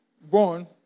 born